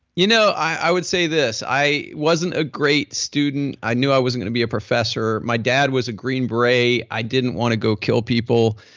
you know i would say this. i wasn't a great student. i knew i wasn't going to be a professor. my dad was a green beret, i didn't want to go kill people.